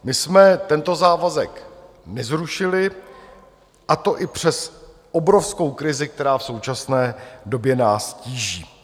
My jsme tento závazek nezrušili, a to i přes obrovskou krizi, která v současné době nás tíží.